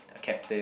a captain